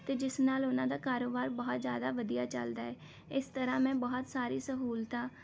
ਅਤੇ ਜਿਸ ਨਾਲ ਉਹਨਾਂ ਦਾ ਕਾਰੋਬਾਰ ਬਹੁਤ ਜ਼ਿਆਦਾ ਵਧੀਆ ਚੱਲਦਾ ਹੈ ਇਸ ਤਰ੍ਹਾਂ ਮੈਂ ਬਹੁਤ ਸਾਰੀ ਸਹੂਲਤਾਂ